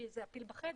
שזה הפיל בחדר,